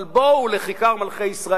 אבל בואו לכיכר מלכי-ישראל,